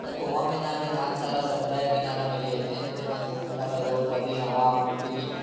त गोवा में तव्हांखे जाम सारा समुंड जा किनारा मिली वेंदा आहिनि जिते तव्हां घुमी था सघो थधी हवा मिट्टी